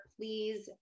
please